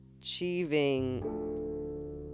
achieving